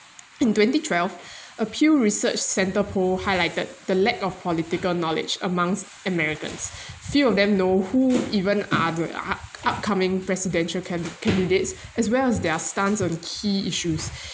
in twenty twelve appeal research centre poll highlighted the lack of political knowledge amongst americans few of them know who even are the up~ upcoming presidential can~ candidates as well as their stance on key issues